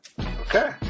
Okay